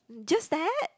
just that